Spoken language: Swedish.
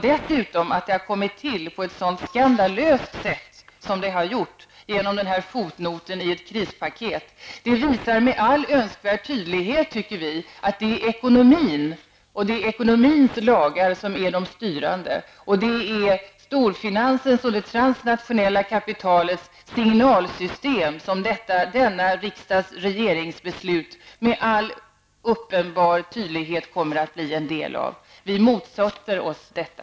Dessutom har det kommit till på ett skandalöst sätt genom en fotnot i ett krispaket. Det visar med all önskvärd tydlighet, tycker vi, att det är ekonomins lagar som är det styrande. Det är storfinansens och det transnationella kapitalets signalsystem som riksdagsbeslutet med all uppenbar tydlighet kommer att bli en del av. Vi motsätter oss detta.